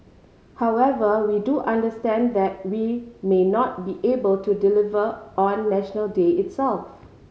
however we do understand that we may not be able to deliver on National Day itself